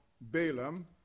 Balaam